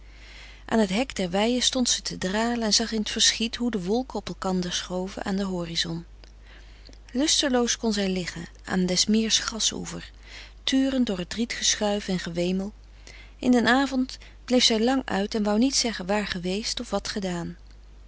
aan het hek der weiën stond ze te dralen en zag in t verschiet hoe de wolken op elkander schoven aan den horizon lusteloos kon zij liggen aan des meers gras oever turend door t riet geschuif en gewemel in den avond bleef zij lang uit en wou niet zeggen waar geweest of wat gedaan